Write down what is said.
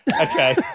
Okay